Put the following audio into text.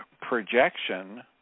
projection